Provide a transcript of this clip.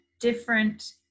different